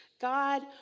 God